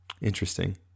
Interesting